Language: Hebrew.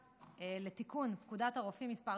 לתיקון פקודת הרופאים (מס'